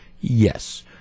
Yes